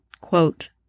quote